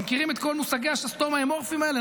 אתם מכירים את כל מושגי השסתום האמורפיים האלה?